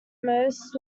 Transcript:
most